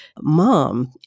mom